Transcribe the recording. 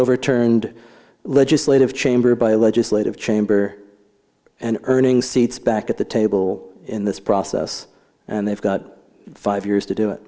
overturned legislative chamber by a legislative chamber and earning seats back at the table in this process and they've got five years to do it